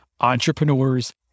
entrepreneurs